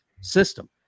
system